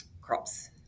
crops